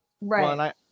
Right